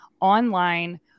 online